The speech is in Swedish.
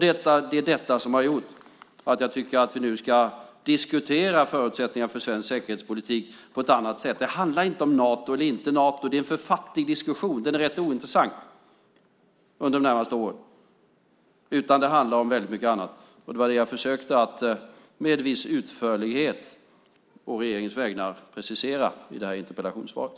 Det är detta som har gjort att jag tycker att vi nu ska diskutera förutsättningar för svensk säkerhetspolitik på ett annat sätt. Det handlar inte om Nato eller inte Nato; det är en för fattig diskussion; den är rätt ointressant under de närmaste åren. Det handlar om väldigt mycket annat. Det var det jag med viss utförlighet försökte precisera å regeringens vägnar med interpellationssvaret.